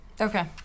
Okay